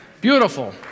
Beautiful